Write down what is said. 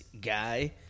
guy